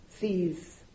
sees